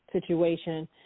situation